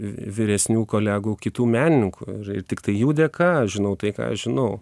vy vyresnių kolegų kitų menininkų ir tiktai jų dėka aš žinau tai ką aš žinau